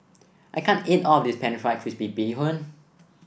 I can't eat all of this pan fried crispy Bee Hoon